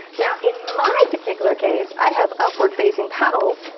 now, in my particular case, i have upward facing petals,